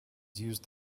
used